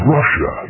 Russia